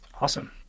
Awesome